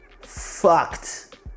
fucked